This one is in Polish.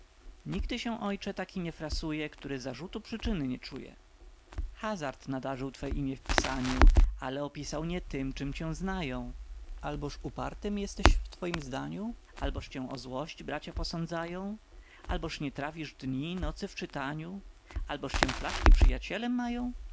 utrata nigdy się ojcze taki nie frasuje który zarzutu przyczyny nie czuje hazard nadarzył twe imie w pisaniu ale opisał nie tem czem cię znają alboż upartym jesteś w twojem zdaniu alboż cię o złość bracia posądzają alboż nie trawisz dni nocy w czytaniu alboż cię flaszki przyjacielem mają